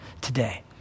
today